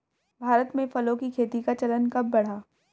भारत में फलों की खेती का चलन कब बढ़ा?